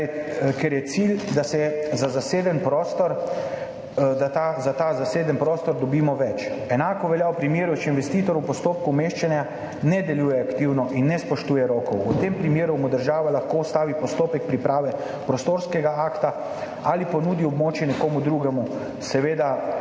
ker je cilj, da za ta zaseden prostor dobimo več. Enako velja v primeru, če investitor v postopku umeščanja ne deluje aktivno in ne spoštuje rokov, v tem primeru mu država lahko ustavi postopek priprave prostorskega akta ali ponudi območje nekomu drugemu, seveda